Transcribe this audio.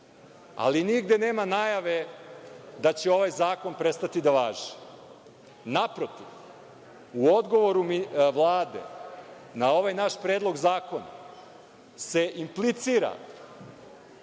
ali nigde nema najave da će ovaj zakon prestati da važi. Naprotiv, u odgovoru Vlade na ovaj naš predlog zakona se inplicira